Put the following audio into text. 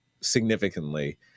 significantly